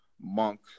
monk